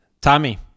Tommy